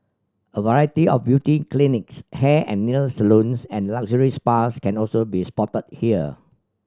a variety of beauty clinics hair and nail salons and luxury spas can also be spotted here